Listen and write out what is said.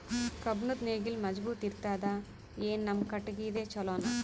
ಕಬ್ಬುಣದ್ ನೇಗಿಲ್ ಮಜಬೂತ ಇರತದಾ, ಏನ ನಮ್ಮ ಕಟಗಿದೇ ಚಲೋನಾ?